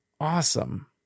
awesome